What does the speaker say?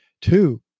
two